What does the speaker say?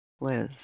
Liz